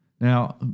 Now